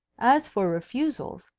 as for refusals,